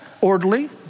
orderly